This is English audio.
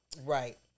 Right